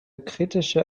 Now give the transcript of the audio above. kritische